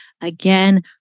again